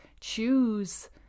choose